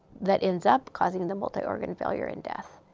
that ends up causing and the multi-organ failure and death.